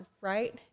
right